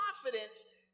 confidence